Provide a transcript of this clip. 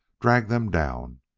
dragged them down,